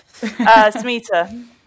smita